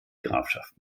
grafschaft